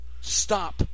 Stop